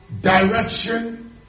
direction